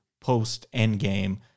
post-Endgame